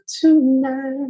tonight